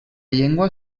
llengua